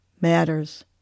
matters